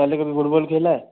पहले कभी फुटबॉल खेला है